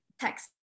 text